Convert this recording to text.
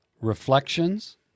reflections